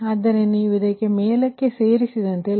ಆದ್ದರಿಂದ ನೀವು ಅದನ್ನು ಮೇಲಕ್ಕೆ ಸರಿಸಿದರೆ ಮತ್ತು 46